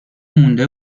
مونده